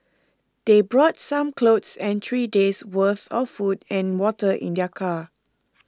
they brought some clothes and three days' worth of food and water in their car